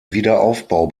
wiederaufbau